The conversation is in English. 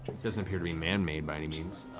doesn't appear to be man-made, by any means.